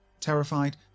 terrified